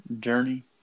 journey